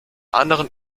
anderen